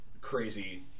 crazy